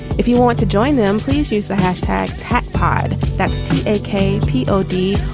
if you want to join them, please use the hashtag trackpad. that's okay. p o d.